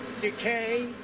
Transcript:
decay